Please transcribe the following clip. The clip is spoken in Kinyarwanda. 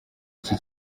iki